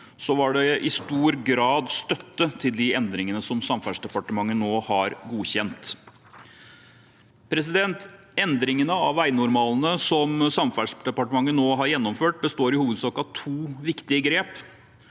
var det i stor grad støtte til de endringene som Samferdselsdepartementet nå har godkjent. Endringene av veinormalene som Samferdselsdepartementet nå har gjennomført, består i hovedsak av to viktige grep.